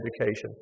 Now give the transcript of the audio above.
education